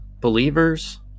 Believers